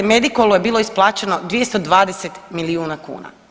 Medikolu je bilo isplaćeno 220 milijuna kuna.